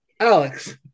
Alex